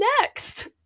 next